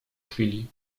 chwili